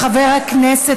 חבר הכנסת